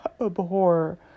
abhor